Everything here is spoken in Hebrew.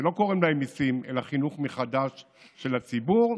שלא קוראים להם מיסים אלא חינוך מחדש של הציבור.